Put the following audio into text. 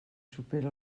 supera